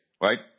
right